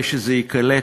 תודה,